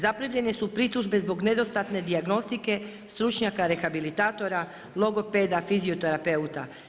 Zaprimljene su pritužbe zbog nedostatne dijagnostike, stručnjaka rehabilitatora, logopeda, fizioterapeuta.